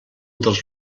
dels